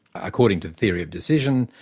according to the theory of decision,